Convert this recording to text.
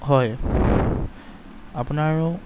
হয় আপোনাৰ আৰু